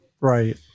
right